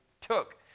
took